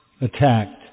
attacked